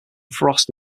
frost